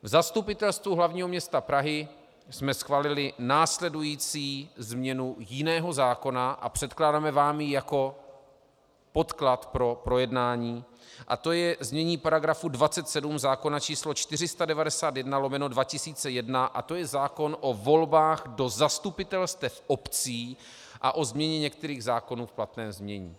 V Zastupitelstvu hl. m. Prahy jsme schválili následující změnu jiného zákona a předkládáme vám ji jako podklad pro projednání a je to znění § 27 zákona č. 491/2001 a to je zákon o volbách do zastupitelstev obcí a o změně některých zákonů v platném znění.